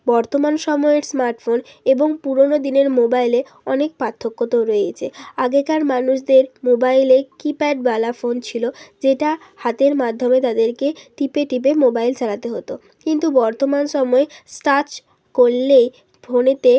বর্তমান সময়ের স্মার্টফোন এবং পুরোনো দিনের মোবাইলে অনেক পার্থক্য তো রয়েইছে আগেকার মানুষদের মোবাইলে কিপ্যাডওয়ালা ফোন ছিলো যেটা হাতের মাধ্যমে তাদেরকে টিপে টিপে মোবাইল চালাতে হতো কিন্তু বর্তমান সময়ে টাচ করলেই ফোনেতে